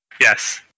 Yes